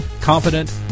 confident